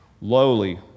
lowly